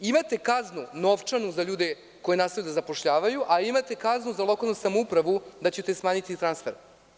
Imate kaznu novčanu za ljude koji nastavljaju da zapošljavaju, a imate kaznu za lokalnu samoupravu da ćete smanjiti transfer.